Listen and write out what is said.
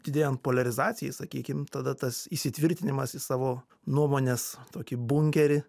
didėjant poliarizacijai sakykim tada tas įsitvirtinimas į savo nuomonės tokį bunkerį